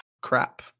crap